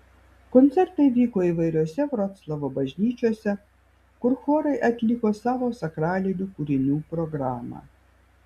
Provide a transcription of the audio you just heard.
koncertai vyko įvairiose vroclavo bažnyčiose kur chorai atliko savo sakralinių kūrinių programą